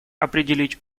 определить